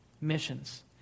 missions